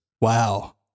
Wow